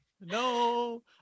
No